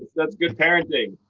that's good parenting.